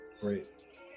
Great